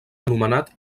anomenat